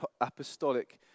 apostolic